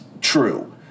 true